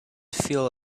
feel